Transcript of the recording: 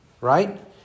Right